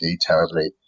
terribly